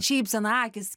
šypsena akys